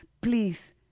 Please